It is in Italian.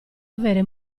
avere